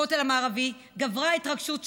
הכותל המערבי, גברה ההתרגשות שלי,